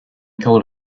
killed